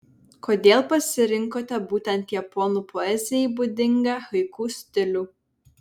kodėl pasirinkote būtent japonų poezijai būdingą haiku stilių